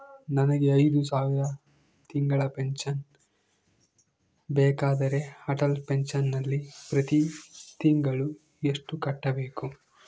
ನನಗೆ ಐದು ಸಾವಿರ ತಿಂಗಳ ಪೆನ್ಶನ್ ಬೇಕಾದರೆ ಅಟಲ್ ಪೆನ್ಶನ್ ನಲ್ಲಿ ಪ್ರತಿ ತಿಂಗಳು ಎಷ್ಟು ಕಟ್ಟಬೇಕು?